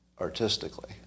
artistically